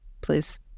please